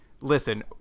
listen